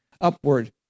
upward